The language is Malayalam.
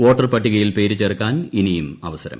വോട്ടർ പട്ടികയിൽ പേര് ചേർക്കാൻ ഇനിയും അവസരം